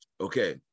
okay